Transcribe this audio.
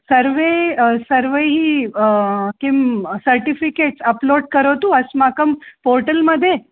सर्वाणि सर्वाणि किं सर्टिफ़िकेट्स् अप्लोड् करोतु अस्माकं पोर्टल् मध्ये